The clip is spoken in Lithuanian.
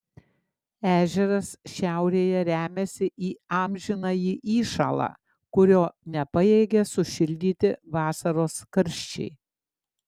ežeras šiaurėje remiasi į amžinąjį įšąlą kurio nepajėgia sušildyti vasaros karščiai